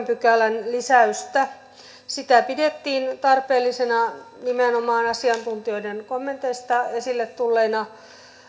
pykälän lisäystä pidettiin tarpeellisena nimenomaan asiantuntijoiden kommenteista esille tulleina